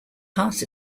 heart